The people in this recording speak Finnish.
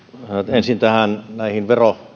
ensin näihin